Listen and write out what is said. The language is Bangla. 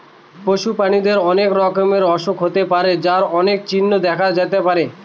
পশু প্রাণীদের অনেক রকমের অসুখ হতে পারে যার অনেক চিহ্ন দেখা যেতে পারে